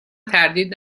تردید